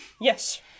yes